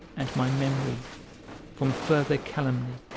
and my memory from further calumny.